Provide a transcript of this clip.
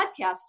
podcast